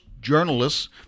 journalists